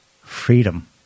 freedom